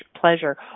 pleasure